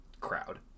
crowd